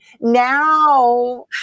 now